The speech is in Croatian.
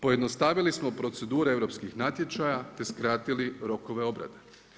Pojednostavili smo procedure europskih natječaja te skratili rokove obrade.